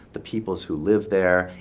the peoples who live there,